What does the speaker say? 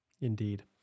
Indeed